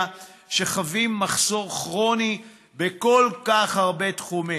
שחווים מחסור כרוני בכל כך הרבה תחומים.